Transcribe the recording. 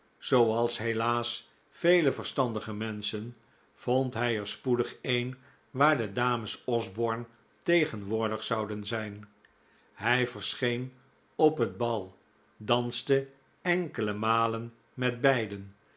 zooals helaas vele verstandige menschen vond hij er spoedig een waar de dames osborne tegenwoordig zouden zijn hij verscheen op het bal danste enkele malen met beiden